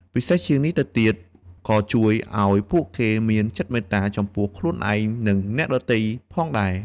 ពិសេសជាងនេះទៅទៀតវាក៏ជួយឱ្យពួកគេមានចិត្តមេត្តា ចំពោះខ្លួនឯង និងអ្នកដទៃផងដែរ។